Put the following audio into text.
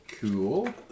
Cool